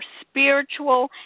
spiritual